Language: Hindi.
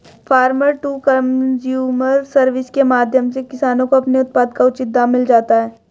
फार्मर टू कंज्यूमर सर्विस के माध्यम से किसानों को अपने उत्पाद का उचित दाम मिल जाता है